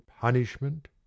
punishment